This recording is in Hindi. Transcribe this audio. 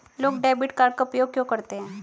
लोग डेबिट कार्ड का उपयोग क्यों करते हैं?